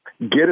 Get